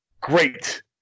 great